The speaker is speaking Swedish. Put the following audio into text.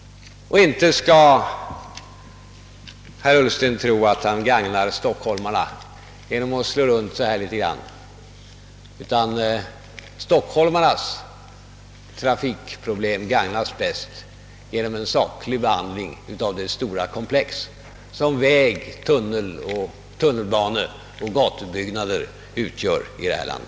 Herr Ullsten skall inte tro att han gagnar stockholmarna genom att slå runt på detta sätt. Stockholmarnas trafikproblem löses nog bäst genom en saklig behandling av det stora komplex som väg-, tunnelbaneoch gatubyggnader utgör i detta land.